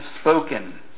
spoken